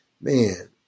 man